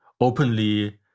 openly